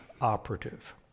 operative